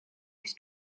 his